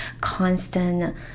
constant